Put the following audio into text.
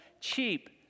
cheap